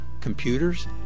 computers